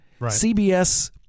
CBS